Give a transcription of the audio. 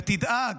ותדאג